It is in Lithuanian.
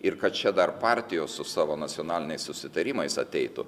ir kad čia dar partijos su savo nacionaliniais susitarimais ateitų